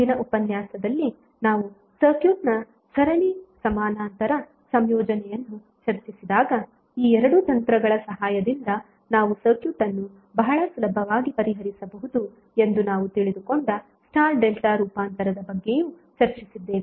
ಹಿಂದಿನ ಉಪನ್ಯಾಸದಲ್ಲಿ ನಾವು ಸರ್ಕ್ಯೂಟ್ನ ಸರಣಿ ಸಮಾನಾಂತರ ಸಂಯೋಜನೆಯನ್ನು ಚರ್ಚಿಸಿದಾಗ ಈ ಎರಡು ತಂತ್ರಗಳ ಸಹಾಯದಿಂದ ನಾವು ಸರ್ಕ್ಯೂಟ್ ಅನ್ನು ಬಹಳ ಸುಲಭವಾಗಿ ಪರಿಹರಿಸಬಹುದು ಎಂದು ನಾವು ತಿಳಿದುಕೊಂಡ ಸ್ಟಾರ್ ಡೆಲ್ಟಾ ರೂಪಾಂತರದ ಬಗ್ಗೆಯೂ ಚರ್ಚಿಸಿದ್ದೇವೆ